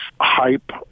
hype